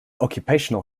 occupational